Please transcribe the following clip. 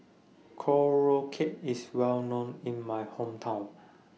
Korokke IS Well known in My Hometown